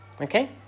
Okay